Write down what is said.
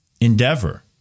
endeavor